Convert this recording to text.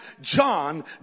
John